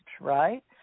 right